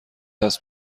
است